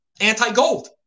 anti-gold